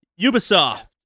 Ubisoft